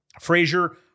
Frazier